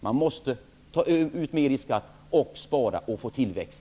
Man måste ta ut mer i skatt, spara och skapa tillväxt.